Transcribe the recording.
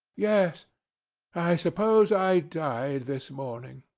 yes i suppose i died this morning.